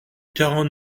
quarante